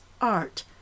art